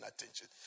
attention